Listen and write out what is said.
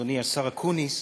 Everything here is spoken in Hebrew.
אדוני השר אקוניס,